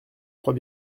crois